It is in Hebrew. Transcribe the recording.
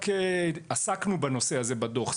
עסקנו בנושא הזה בדוח.